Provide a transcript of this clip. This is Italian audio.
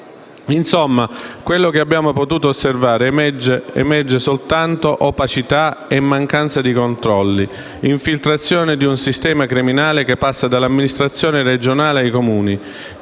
Insomma, quello che abbiamo potuto osservare è che emergono soltanto opacità e mancanza di controlli, infiltrazioni di un sistema criminale che passa dall'amministrazione regionale ai Comuni